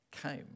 came